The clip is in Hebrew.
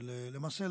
ולמעשה,